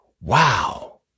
wow